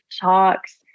talks